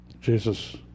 Jesus